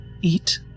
eat